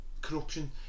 corruption